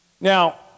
Now